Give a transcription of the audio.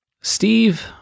Steve